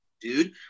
dude